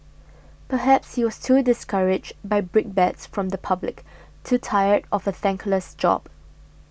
perhaps he was too discouraged by brickbats from the public too tired of a thankless job